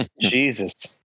Jesus